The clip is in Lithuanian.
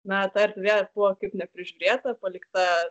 na ta erdvė buvo kaip neprižiūrėta palikta